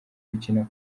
gukina